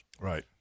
Right